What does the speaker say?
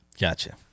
Gotcha